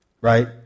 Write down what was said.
right